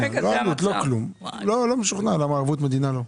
לא ערבות, לא כלום, לא משוכנע למה ערבות מדינה לא.